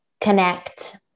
connect